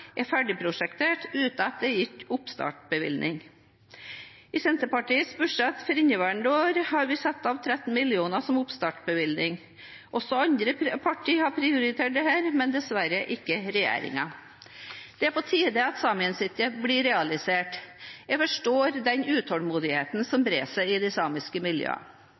er ferdig prosjektert, uten at det er gitt oppstartsbevilgning. I Senterpartiets budsjett for inneværende år har vi satt av 13 mill. kr som oppstartsbevilgning. Også andre partier har prioritert dette, men dessverre ikke regjeringen. Det er på tide at Saemien Sijte blir realisert. Jeg forstår den utålmodigheten som brer seg i de samiske